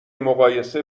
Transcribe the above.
مقایسه